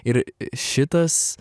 ir šitas